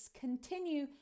continue